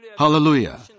Hallelujah